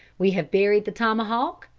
we have buried the tomahawk,